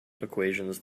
equations